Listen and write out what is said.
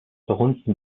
verhunzen